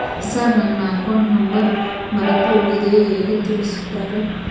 Sir ನನ್ನ account number ಮರೆತುಹೋಗಿದೆ ಹೇಗೆ ತಿಳಿಸುತ್ತಾರೆ?